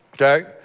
okay